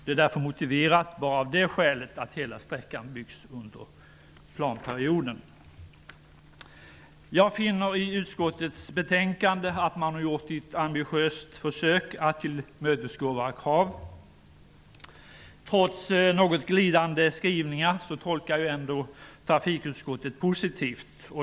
Det är därför motiverat bara av det skälet att hela sträckan byggs ut under planperioden. Jag finner i utskottets betänkande att man gjort ett ambitiöst försök att tillmötesgå våra krav. Trots något glidande skrivningar tolkar jag ändå trafikutskottet positivt.